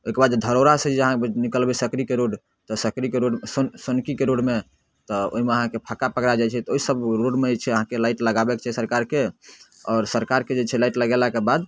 ओइके बाद जे धरोड़ा से जे अहाँ निकलबै सकरीके तऽ सकरीके रोड सो सोनकीके रोडमे तऽ ओइमे अहाँके फक्का पकड़ै जाइ छै तऽ ओइ सभ रोडमे जे छै अहाँके लाइट लगाबेके चाही सरकारके आओर सरकारके जे छै लाइट लगेलाके बाद